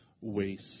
waste